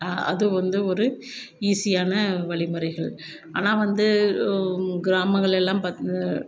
அது வந்து ஒரு ஈஸியான வழிமுறைகள் ஆனால் வந்து கிராமங்களெல்லாம் பாத்